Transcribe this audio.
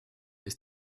ist